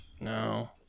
No